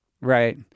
Right